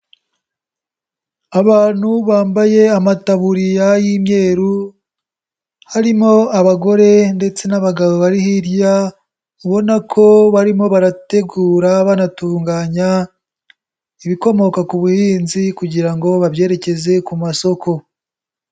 Abantu bambaye amataburiya y'imyeru, harimo abagore ndetse n'abagabo bari hirya ubona ko barimo barategura banatunganya, ibikomoka ku buhinzi kugira ngo babyerekeze ku masoko.